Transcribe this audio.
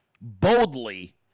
boldly